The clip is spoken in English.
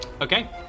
okay